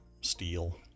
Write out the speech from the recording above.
steel